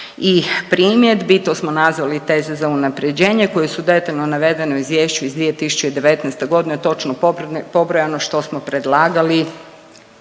i primjedbi, to smo nazvali teze za unaprjeđenje koje su detaljno navedene u izvješću iz 2019.g., točno pobrojano što smo predlagali